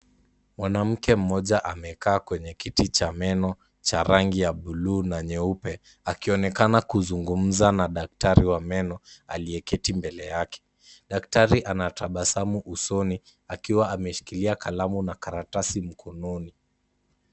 Mwanamke mmoja amekaa kwenye kiti ya meno cha rangi ya bluu na nyeupe akionekana kuzungumza na daktari wa meno aliyeketi mbele yake. Daktari ana tabasamu usoni akiwa ameshikilia kalamu na karatasi mkononi.